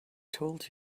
told